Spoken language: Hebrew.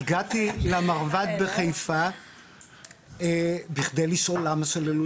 הגעתי למרב"ד בחיפה בכדי לשאול למה שללו